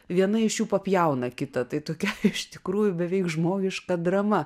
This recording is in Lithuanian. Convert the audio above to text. viena iš jų papjauna kitą tai tokia iš tikrųjų beveik žmogiška drama